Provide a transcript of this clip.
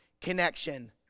connection